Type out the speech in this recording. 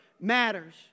matters